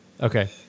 okay